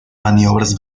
maniobras